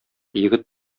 егет